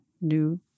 new